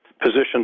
positions